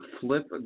Flip